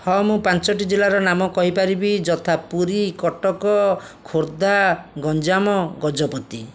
ହଁ ମୁଁ ପାଞ୍ଚଟି ଜିଲ୍ଲାର ନାମ କହିପାରିବି ଯଥା ପୁରୀ କଟକ ଖୋର୍ଦ୍ଧା ଗଞ୍ଜାମ ଗଜପତି